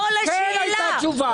לא לשאלה.